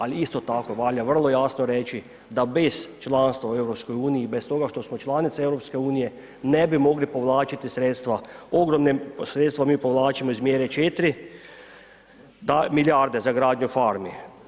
Ali isto tako, valja vrlo jasno reći da bez članstva u EU i bez toga što smo članica EU ne bi mogli povlačiti sredstva, ogromna sredstva mi povlačimo iz mjere 4., milijarde za gradnju farmi.